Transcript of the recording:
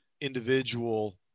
individual